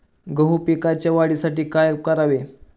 गहू पिकाच्या वाढीसाठी काय करावे?